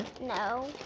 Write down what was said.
No